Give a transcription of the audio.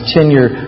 Tenure